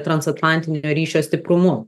transatlantinio ryšio stiprumu